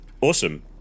Awesome